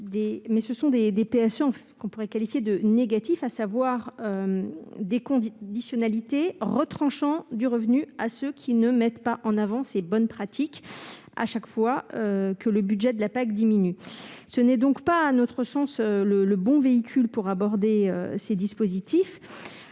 Mais il s'agit de PSE que l'on pourrait qualifier de « négatifs », à savoir de conditionnalités retranchant du revenu à ceux qui ne mettent pas en avant ces bonnes pratiques, à chaque fois que le budget de la PAC diminue. Ces PSE ne sont donc pas, à nos yeux, les bons véhicules pour aborder ces dispositifs.